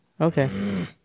Okay